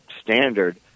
standard